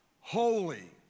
holy